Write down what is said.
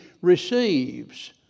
receives